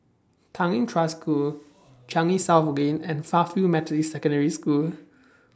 Tanglin Trust School Changi South Lane and Fairfield Methodist Secondary School